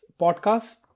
podcast